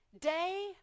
Day